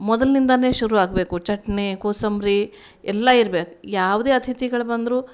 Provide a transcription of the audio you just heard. ಮೊದಲಿನಿಂದಲೇ ಶುರು ಆಗಬೇಕು ಚಟ್ನಿ ಕೋಸಂಬರಿ ಎಲ್ಲ ಇರ್ಬೇಕು ಯಾವುದೇ ಅತಿಥಿಗಳು ಬಂದ್ರೂ